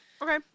Okay